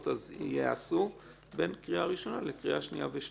ייעשו בין קריאה ראשונה לשנייה ושלישית.